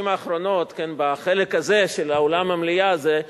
האחרונות בחלק הזה של אולם המליאה הזה,